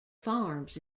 farms